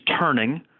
turning